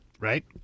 right